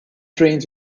trains